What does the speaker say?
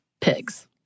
pigs